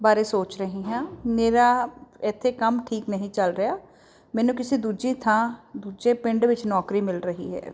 ਬਾਰੇ ਸੋਚ ਰਹੀ ਹਾਂ ਮੇਰਾ ਇੱਥੇ ਕੰਮ ਠੀਕ ਨਹੀਂ ਚੱਲ ਰਿਹਾ ਮੈਨੂੰ ਕਿਸੇ ਦੂਜੀ ਥਾਂ ਦੂਜੇ ਪਿੰਡ ਵਿੱਚ ਨੌਕਰੀ ਮਿਲ ਰਹੀ ਹੈ